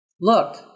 look